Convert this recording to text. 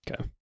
okay